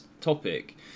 topic